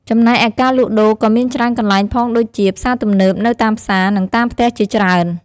ចំណែកឯការលក់ដូរក៏មានច្រើនកន្លែងផងដូចជា ផ្សារទំនើប នៅតាមផ្សារ និងតាមផ្ទះជាច្រើន។